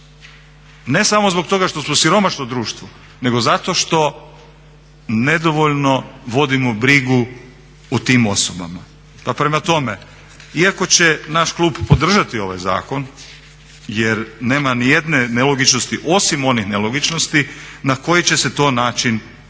ne samo zbog toga što su siromašno društvo, nego zato što nedovoljno vodimo brigu o tim osobama. Pa prema tome, iako će naš klub podržati ovaj zakon jer nema ni jedne nelogičnosti osim onih nelogičnosti na koji će se to način